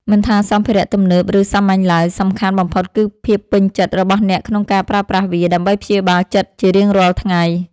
មិនថាសម្ភារៈទំនើប ឬសាមញ្ញឡើយ សំខាន់បំផុតគឺភាពពេញចិត្តរបស់អ្នកក្នុងការប្រើប្រាស់វាដើម្បីព្យាបាលចិត្តជារៀងរាល់ថ្ងៃ។